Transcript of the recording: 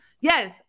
yes